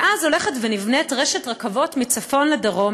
מאז הולכת ונבנית רשת רכבות מצפון לדרום,